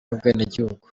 ubwenegihugu